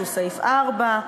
שהוא סעיף 4,